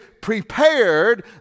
prepared